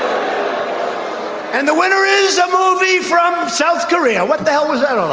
um and the winner is a movie from south korea. what the hell was that? um